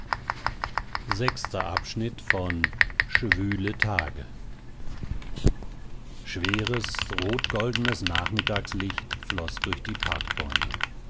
schweres rotgoldenes nachmittagslicht floß durch die parkbäume